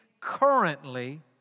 currently